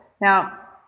Now